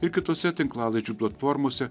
ir kitose tinklalaidžių platformose